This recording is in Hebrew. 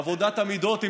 עבודת המידות,